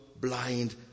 blind